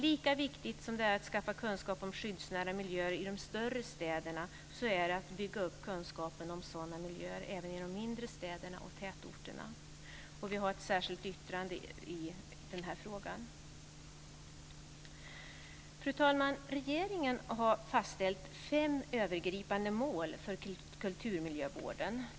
Lika viktigt som det är att skaffa kunskap om skyddsnära miljöer i de större städerna är det att bygga upp kunskapen om sådana miljöer även i de mindre städerna och tätorterna. Vi har ett särskilt yttrande i den här frågan. Fru talman! Regeringen har fastställt fem övergripande mål för kulturmiljövården.